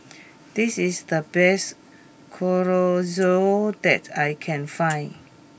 this is the best Chorizo that I can find